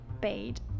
paid